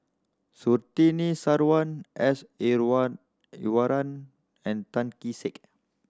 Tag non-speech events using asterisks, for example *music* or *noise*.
Surtini Sarwan S *unintelligible* Iswaran and Tan Kee Sek